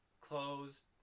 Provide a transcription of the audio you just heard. closed